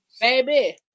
Baby